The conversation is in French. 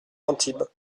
antibes